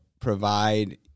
provide